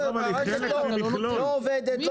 המערכת הזאת לא עובדת,